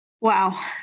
Wow